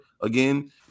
again